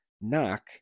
Knock